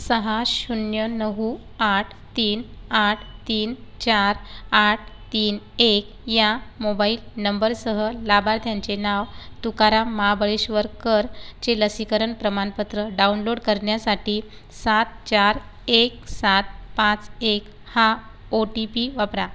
सहा शून्य नऊ आठ तीन आठ तीन चार आठ तीन एक या मोबाइल नंबरसह लाभार्थ्यांचे नाव तुकाराम महाबळेश्वरकरचे लसीकरण प्रमाणपत्र डाउनलोड करण्यासाठी सात चार एक सात पाच एक हा ओ टी पी वापरा